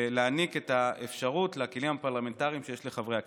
כדי להעניק את האפשרות לכלים הפרלמנטריים שיש לחברי הכנסת.